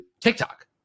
TikTok